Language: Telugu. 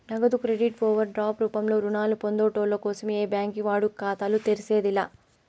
నగదు క్రెడిట్ ఓవర్ డ్రాప్ రూపంలో రుణాలు పొందేటోళ్ళ కోసం ఏ బ్యాంకి వాడుక ఖాతాలు తెర్సేది లా